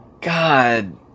God